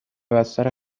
بستر